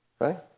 right